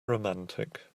romantic